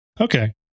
Okay